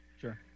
sure